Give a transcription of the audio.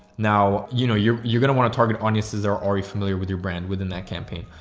now you know, you're, you're gonna want to target audiences. they're already familiar with your brand within that campaign.